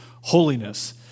holiness